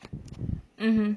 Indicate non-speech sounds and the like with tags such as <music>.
<breath> mmhmm